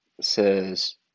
says